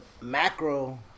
macro